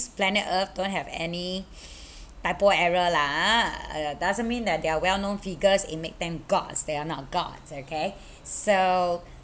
planet earth don't have any typo error lah uh doesn't mean they are well known figures it makes them gods they are not gods okay so